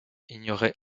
ignorait